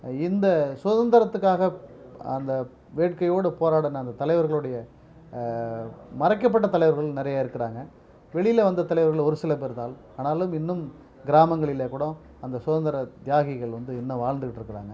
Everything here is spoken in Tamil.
இந்த சுதந்திரத்துக்காக அந்த வேட்கையோடு போராடின அந்த தலைவர்களுடைய மறைக்கப்பட்ட தலைவர்கள் நிறையா இருக்கிறாங்க வெளியில் வந்த தலைவர்கள் ஒரு சில பேர் தான் ஆனாலும் இன்னும் கிராமங்களில் கூட அந்த சுதந்திர தியாகிகள் வந்து இன்னும் வாழ்ந்துக்கிட்டு இருக்கிறாங்க